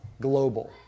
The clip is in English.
global